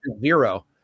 Zero